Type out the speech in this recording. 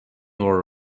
were